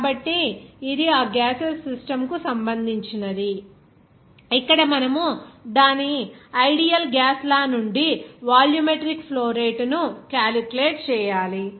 కాబట్టి ఇది ఆ గ్యాసెస్ సిస్టమ్ కు సంబంధించినది ఇక్కడ మనము దాని ఐడియల్ గ్యాస్ లా నుండి వాల్యూమెట్రిక్ ఫ్లో రేటు ను క్యాలిక్యులేట్ చేయాలి